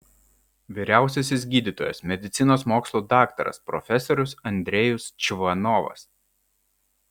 vyriausiasis gydytojas medicinos mokslų daktaras profesorius andrejus čvanovas